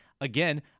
again